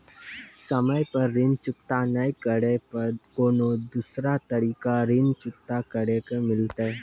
समय पर ऋण चुकता नै करे पर कोनो दूसरा तरीका ऋण चुकता करे के मिलतै?